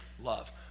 love